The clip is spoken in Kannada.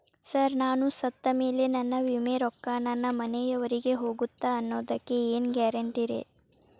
ಸರ್ ನಾನು ಸತ್ತಮೇಲೆ ನನ್ನ ವಿಮೆ ರೊಕ್ಕಾ ನನ್ನ ಮನೆಯವರಿಗಿ ಹೋಗುತ್ತಾ ಅನ್ನೊದಕ್ಕೆ ಏನ್ ಗ್ಯಾರಂಟಿ ರೇ?